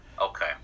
Okay